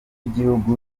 gihugu